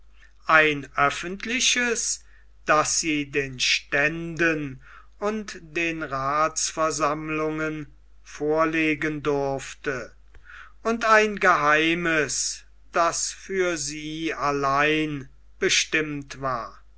ein öffentliches das sie den ständen und den rathsversammlungen vorlegen durfte und ein geheimes das für sie allein bestimmt war